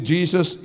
Jesus